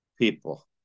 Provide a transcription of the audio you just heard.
people